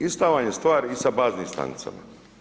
Ista vam je stvar i sa baznim stanicama.